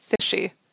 Fishy